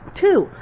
Two